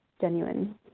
genuine